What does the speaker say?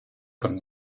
comme